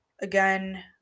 Again